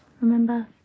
Remember